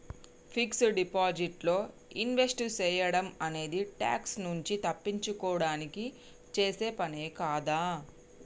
fixed deposit లో invest సేయడం అనేది ట్యాక్స్ నుంచి తప్పించుకోడానికి చేసే పనే కదా